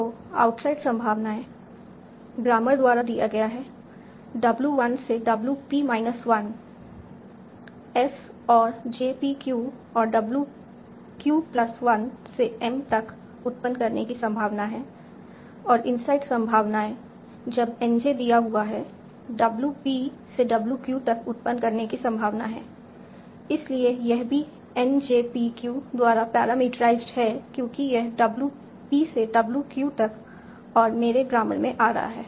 तो आउटसाइड संभावनाएं ग्रामर द्वारा दिया गया W 1 से W p माइनस 1 s और j p q और W q प्लस 1 से m तक उत्पन्न करने की संभावना है और इनसाइड संभावनाएं जब N j दिया हुआ है W p से W q तक उत्पन्न करने की संभावना है इसलिए यह भी N j p q द्वारा पैरामीटराइज्ड है क्योंकि यह W p से W q तक और मेरे ग्रामर में आ रहा है